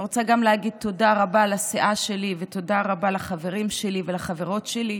אני רוצה גם להגיד תודה לסיעה שלי ותודה רבה לחברים שלי ולחברות שלי,